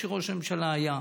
כשראש הממשלה היה.